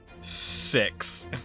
six